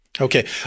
Okay